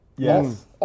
Yes